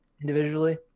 individually